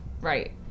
right